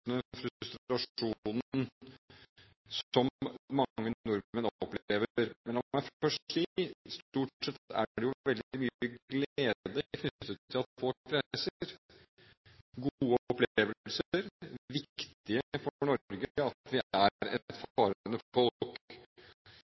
som mange nordmenn opplever. Men la meg først si at stort sett er det jo mye glede knyttet til at folk reiser: gode opplevelser – det er viktig for Norge at vi er et farende folk.